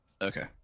Okay